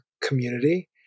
community